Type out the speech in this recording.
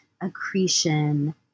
accretion